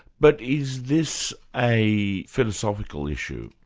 but is this a philosophical issue,